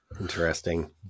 Interesting